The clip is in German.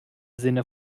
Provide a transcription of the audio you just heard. sinne